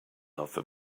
offer